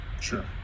sure